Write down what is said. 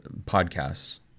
podcasts